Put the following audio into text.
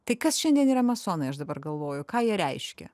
tai kas šiandien yra masonai aš dabar galvoju ką jie reiškia